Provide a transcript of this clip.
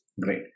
Great